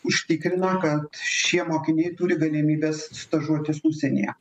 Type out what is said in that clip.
užtikrina kad šie mokiniai turi galimybes stažuotis užsienyje